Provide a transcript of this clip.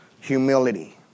humility